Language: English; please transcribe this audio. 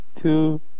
two